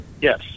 Yes